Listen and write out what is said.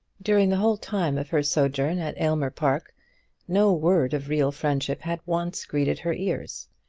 during the whole time of her sojourn at aylmer park no word of real friendship had once greeted her ears.